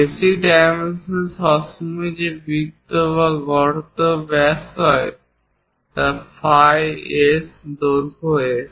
basic dimension সবসময় যে বৃত্ত বা গর্ত ব্যাস হয় ফাই S দৈর্ঘ্য S